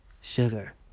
sugar